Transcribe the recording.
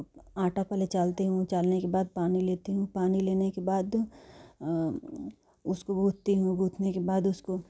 आटा पहले चालती हूँ चालने के बाद पानी लेती हूँ पानी लेने के बाद उसको गूंथती हूँ गूंथने के बाद उसको